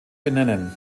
benennen